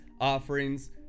offerings